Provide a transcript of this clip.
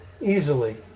easily